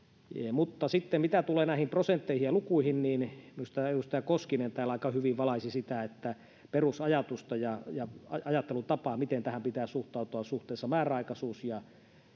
mutta sitten mitä tulee näihin prosentteihin ja lukuihin niin minusta edustaja koskinen täällä aika hyvin valaisi sitä perusajatusta ja ja ajattelutapaa miten tähän pitää suhtautua määräaikaisuus ja